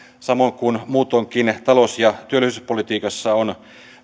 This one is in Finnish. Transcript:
samoin kuin muutoinkin talous ja työllisyyspolitiikassa on